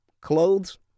clothes